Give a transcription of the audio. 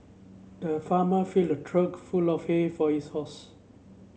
the farmer filled a trough full of hay for his horse